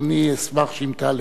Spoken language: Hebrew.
אני אשמח אם תעלה.